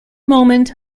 moment